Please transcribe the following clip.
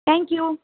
thank you